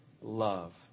love